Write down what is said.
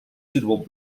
suitable